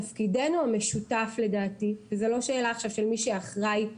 תפקידנו המשותף לדעתי וזה לא שאלה עכשיו של מי שאחראי,